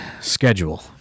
schedule